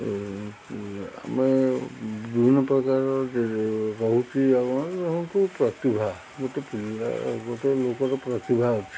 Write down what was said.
ଆମେ ବିଭିନ୍ନ ପ୍ରକାର ରହୁଛି ଆମର ହେଉଛି ପ୍ରତିଭା ଗୋଟେ ପିଲା ଗୋଟେ ଲୋକର ପ୍ରତିଭା ଅଛି